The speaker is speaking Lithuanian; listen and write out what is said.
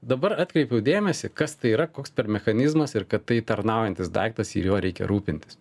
dabar atkreipiau dėmesį kas tai yra koks mechanizmas ir kad tai tarnaujantis daiktas ir juo reikia rūpintis